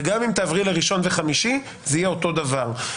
וגם אם תעברי לראשון וחמישי זה יהיה אותו דבר.